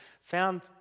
found